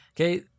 Okay